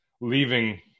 leaving